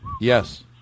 Yes